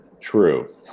True